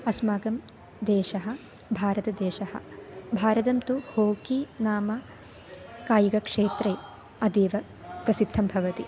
अस्माकं देशः भारतदेशः भारतं तु होकि नाम कायिकक्षेत्रे अतीव प्रसिद्धं भवति